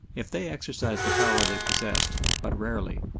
if they exercised the power they possessed but rarely,